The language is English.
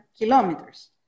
kilometers